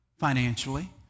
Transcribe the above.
Financially